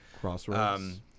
Crossroads